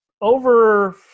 over